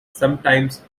sometimes